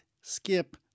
skip